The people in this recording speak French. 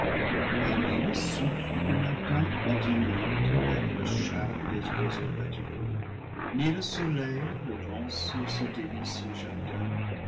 le souffle du matin quand il monte avec le charme des oiseaux matineux ni le soleil levant sur ce délicieux jardin